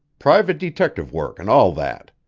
private-detective work and all that.